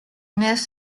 nest